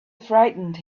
frightened